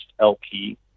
LP